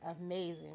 amazing